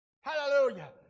Hallelujah